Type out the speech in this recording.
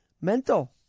mental